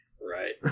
Right